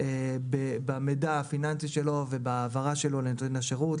במידע הפיננסי שלו ובהעברתו לנותן השירות.